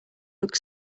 look